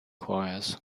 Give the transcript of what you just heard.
choirs